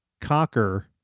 Cocker